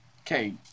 Okay